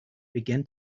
began